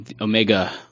Omega